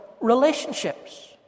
relationships